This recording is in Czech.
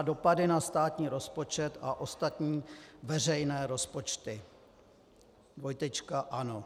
Dopady na státní rozpočet a ostatní veřejné rozpočty: Ano.